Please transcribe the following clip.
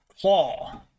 Claw